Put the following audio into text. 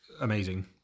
amazing